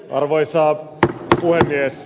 arvoisa puhemies